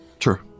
Sure